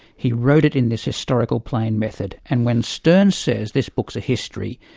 he wrote it in this historical plain method, and when sterne says this book's a history,